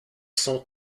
sont